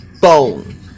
bone